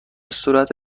صورت